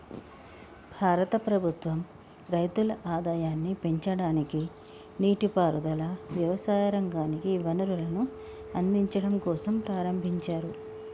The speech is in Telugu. భారత ప్రభుత్వం రైతుల ఆదాయాన్ని పెంచడానికి, నీటి పారుదల, వ్యవసాయ రంగానికి వనరులను అందిచడం కోసంప్రారంబించారు